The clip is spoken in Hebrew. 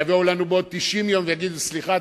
ואז יבואו אלינו בעוד 90 יום ויגידו: סליחה,